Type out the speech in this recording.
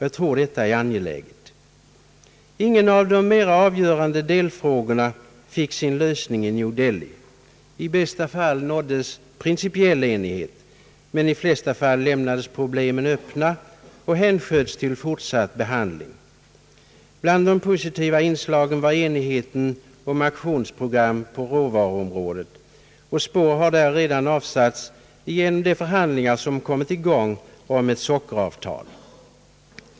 Jag tror att detta är angeläget. Ingen av de mera avgörande delfrågorna fick sin lösning i New Delhi. I bästa fall nåddes principiell enighet, men de flesta problemen lämnades öppna och hänsköts till fortsatt behandling. Bland de positiva inslagen var enigheten om aktionsprogram på råvaruområdet, där spår redan har börjat avsätta sig genom de förhandlingar som kommit i gång om ett sockeravtal.